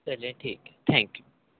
چلیے ٹھیک ہے تھینک یو